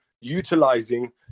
utilizing